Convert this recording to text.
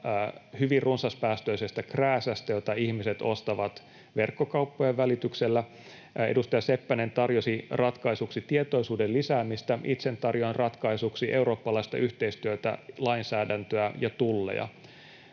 hyvin runsaspäästöisestä krääsästä, jota ihmiset ostavat verkkokauppojen välityksellä. Edustaja Seppänen tarjosi ratkaisuksi tietoisuuden lisäämistä. Itse tarjoan ratkaisuksi eurooppalaista yhteistyötä, lainsäädäntöä ja tulleja.